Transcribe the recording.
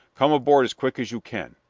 come aboard as quick as you can.